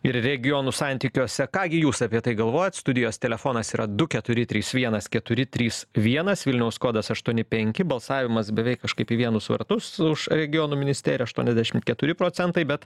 ir regionų santykiuose ką gi jūs apie tai galvojat studijos telefonas yra du keturi trys vienas keturi trys vienas vilniaus kodas aštuoni penki balsavimas beveik kažkaip į vienus vartus už regionų ministeriją aštuoniasdešim keturi procentai bet